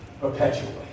perpetually